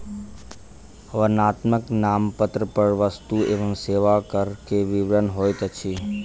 वर्णनात्मक नामपत्र पर वस्तु एवं सेवा कर के विवरण होइत अछि